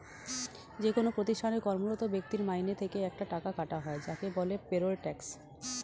যেকোন প্রতিষ্ঠানে কর্মরত ব্যক্তির মাইনে থেকে একটা টাকা কাটা হয় যাকে বলে পেরোল ট্যাক্স